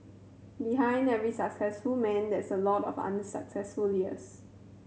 behind every successful man there's a lot of unsuccessful years